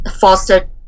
foster